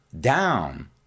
down